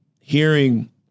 hearing